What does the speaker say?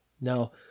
Now